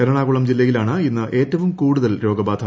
എറണാകുളം ജില്ലയിലാണ് ഇന്ന് ഏറ്റവും കൂടുതൽ രോഗബാധ